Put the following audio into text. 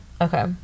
Okay